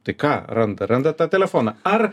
tai ką randa randa tą telefoną ar